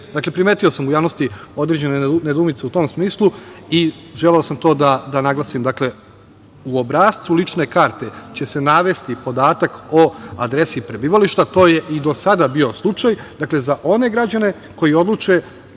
ne. Dakle, primetio sam u javnosti određene nedoumice u tom smislu i želeo sam to da naglasim. Dakle, u obrascu lične karte će se navesti podatak o adresi prebivališta. To je i do sada bio slučaj. Dakle, za one građane koji odluče